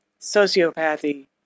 sociopathy